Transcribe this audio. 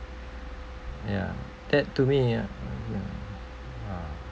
ya that to me uh ya uh